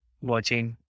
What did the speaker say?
watching